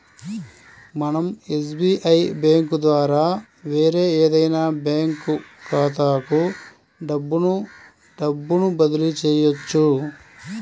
మనం SBI bank ద్వారా వేరే ఏదైనా బ్యాంక్ ఖాతాలకు డబ్బును డబ్బును బదిలీ చెయ్యొచ్చు